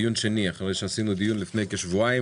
דיון שני לאחר שעשינו דיון לפני כשבועיים